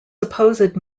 supposed